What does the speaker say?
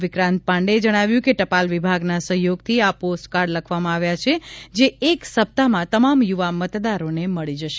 વિકાંત પાંડેએ જણાવ્યું કે ટપાલ વિભાગના સહયોગથી આ પોસ્ટકાર્ડ લખવામાં આવ્યા છે જે એક સપ્તાહમાં તમામ યુવા મતદારોને મળી જશે